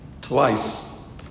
twice